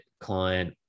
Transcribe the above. client